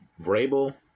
Vrabel